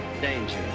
danger